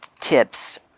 tips